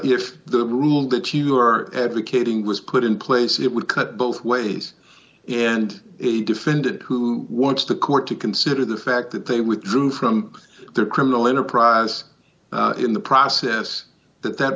if the rule that you are advocating was put in place it would cut both ways and a defendant who wants the court to consider the fact that they withdrew from their criminal enterprise in the process that that